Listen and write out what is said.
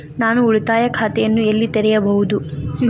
ನಾನು ಉಳಿತಾಯ ಖಾತೆಯನ್ನು ಎಲ್ಲಿ ತೆರೆಯಬಹುದು?